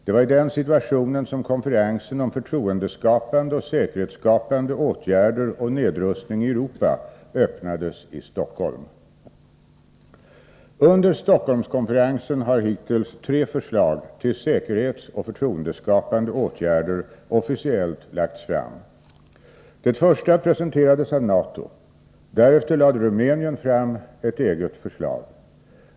Det var i den situationen som konferensen om förtroendeskapande och säkerhetsskapande åtgärder och nedrustning i Europa öppnades i Stockholm. Under Stockholmskonferensen har hittills tre förslag till säkerhetsoch förtroendeskapande åtgärder officiellt lagts fram. Det första presenterades av NATO. Därefter lade Rumänien fram ett eget förslag.